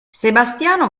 sebastiano